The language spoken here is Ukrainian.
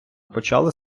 почали